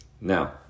Now